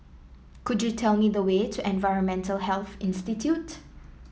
could you tell me the way to Environmental Health Institute